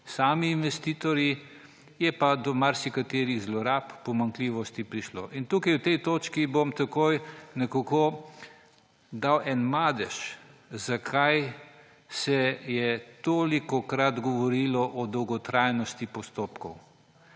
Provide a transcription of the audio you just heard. samih investitorjev prišlo do marsikaterih zlorab, pomanjkljivosti. In tukaj, na tej točki bom takoj dal en madež, zakaj se je tolikokrat govorilo o dolgotrajnosti postopkov.